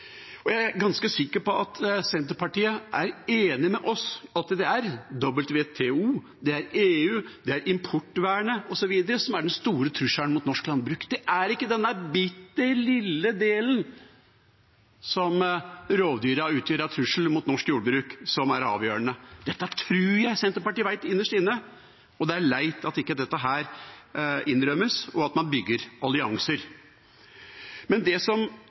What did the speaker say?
Jeg er ganske sikker på at Senterpartiet er enige med oss i at det er WTO, EU, importvernet osv. som er den store trusselen mot norsk jordbruk. Det er ikke denne bitte lille delen som rovdyrene utgjør av trussel mot norsk jordbruk, som er avgjørende. Dette tror jeg Senterpartiet vet innerst inne, og det er leit at dette ikke innrømmes, og at en ikke bygger allianser. Det jeg er mest betuttet over og lei meg for, er at Arbeiderpartiet, som